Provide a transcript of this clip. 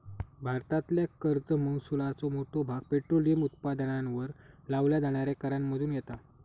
भारतातल्या कर महसुलाचो मोठो भाग पेट्रोलियम उत्पादनांवर लावल्या जाणाऱ्या करांमधुन येता